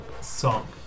song